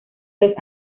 dos